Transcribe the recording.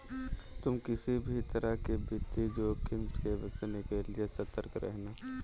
तुम किसी भी तरह के वित्तीय जोखिम से बचने के लिए सतर्क रहना